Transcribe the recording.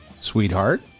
sweetheart